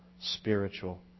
spiritual